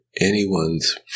anyone's